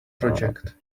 project